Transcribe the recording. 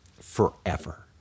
forever